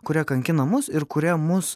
kurie kankina mus ir kurie mus